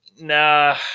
nah